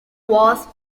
was